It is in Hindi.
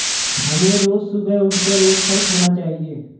हमें रोज सुबह उठकर एक फल खाना चाहिए